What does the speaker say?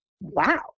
wow